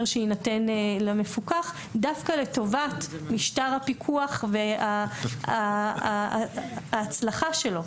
שיינתן למפוקח דווקא לטובת משטר הפיקוח וההצלחה שלו.